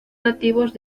nativos